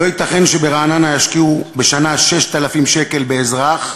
לא ייתכן שברעננה ישקיעו בשנה 6,000 שקל לאזרח,